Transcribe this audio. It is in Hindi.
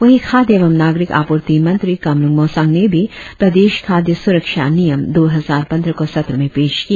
वहीं खाद्य एवं नागरिक आपूर्ति मंत्री कामलुंग मोसांग ने भी प्रदेश खाद्य सुरक्षा नियम दो हजार पंद्रह को सत्र में पेश किया